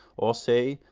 or, say!